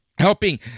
Helping